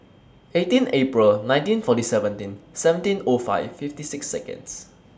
eighteen April nineteen forty seventeen seventeen O five fifty six Seconds